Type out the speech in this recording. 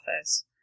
office